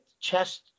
chest